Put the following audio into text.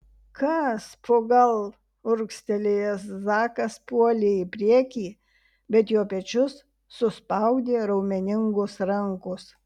kas po gal urgztelėjęs zakas puolė į priekį bet jo pečius suspaudė raumeningos rankos